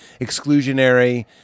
exclusionary